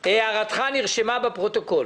הערתך נרשמה בפרוטוקול.